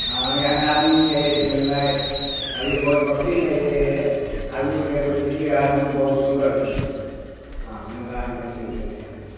एहन आदमी जे हइ से मिलनाइ कनि बहुत मुश्किल अइ जे आदमीके बुझलियै आदमी बहुत सुन्दर छथिन अऽ मिलनाइ मुश्किल छलै एहन आदमी